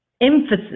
emphasis